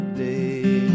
day